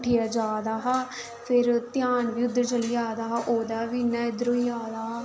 उठियै जा दा हा फिर ध्यान बी उद्धर चली जा दा हा ओह्दा फ्ही इ'यां इद्धर होई जा हा